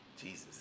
Jesus